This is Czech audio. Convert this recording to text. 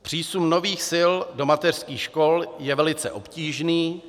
Přísun nových sil do mateřských škol je velice obtížný.